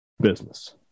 business